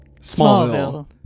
Smallville